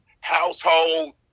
household